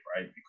right